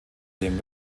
dem